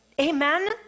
Amen